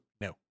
no